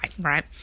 right